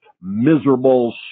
miserable